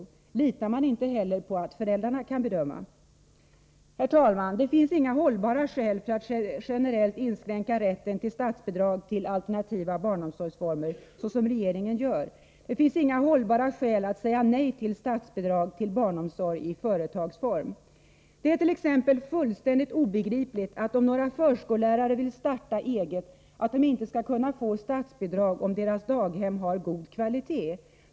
Litar man inte heller på att föräldrar kan bedöma? Herr talman! Det finns inga hållbara skäl för att generellt inskränka rätten tillstatsbidrag till alternativa barnomsorgsformer, såsom regeringen gör. Det finns inga hållbara skäl för att säga nej till statsbidrag till barnomsorg i företagsform. Det ärt.ex. fullkomligt obegripligt, att om några förskollärare vill starta eget, skall de inte kunna få statsbidrag, även om deras daghem har god kvalitet.